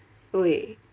喂